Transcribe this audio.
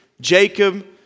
Jacob